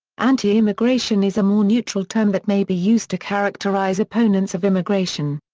anti-immigration is a more neutral term that may be used to characterize opponents of immigration.